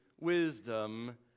wisdom